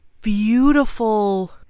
beautiful